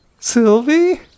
Sylvie